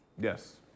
Yes